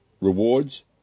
rewards